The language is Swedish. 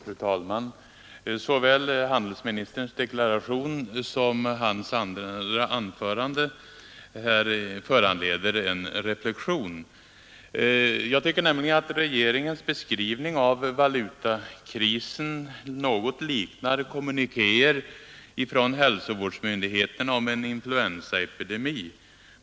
Fru talman! Såväl handelsministerns deklaration som hans andra anförande föranleder en reflexion. Jag tycker nämligen att regeringens beskrivning av valutakrisen något liknar kommunikéer från hälsovårdsmyndigheterna om en influensaepidemi.